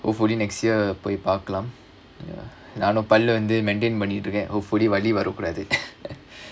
hopefully next year போய் பார்க்கலாம்:poi paarkalaam ya நானும் பல்லு வந்து:nanum pallu vandhu maintain பண்ணிட்ருக்கேன்:pannittrukkaen hopefully வலி வரக்கூடாது:vali varakkoodaathu